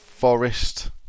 Forest